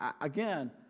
Again